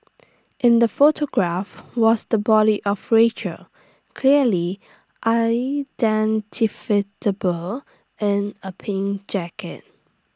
in the photograph was the body of Rachel clearly in A pink jacket